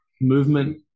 movement